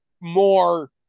more